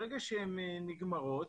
ברגע שהן נגמרות